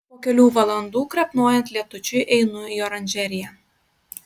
po kelių valandų krapnojant lietučiui einu į oranžeriją